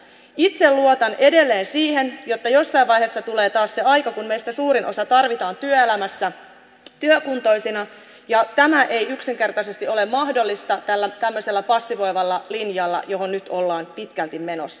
itse luotan edelleen siihen että jossain vaiheessa tulee taas se aika kun meistä suurinta osaa tarvitaan työelämässä työkuntoisina ja tämä ei yksinkertaisesti ole mahdollista tällä tämmöisellä passivoivalla linjalla johon nyt ollaan pitkälti menossa